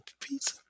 pizza